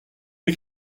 les